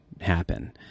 happen